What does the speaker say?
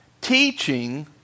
teaching